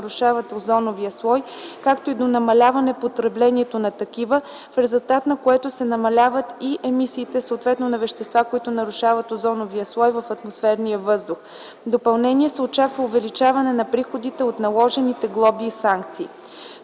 нарушават озоновия слой, както и до намаляване потреблението на вещества, които нарушават озоновия слой, в резултат на което се намаляват и емисиите на вещества, които нарушават озоновия слой в атмосферния въздух. В допълнение се очаква увеличаване на приходите от наложените глоби и санкции.